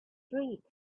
streak